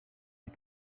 des